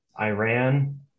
Iran